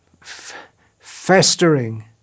festering